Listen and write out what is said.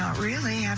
um really. and